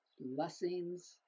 Blessings